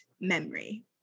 memory